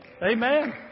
Amen